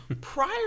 prior